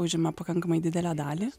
užima pakankamai didelę dalį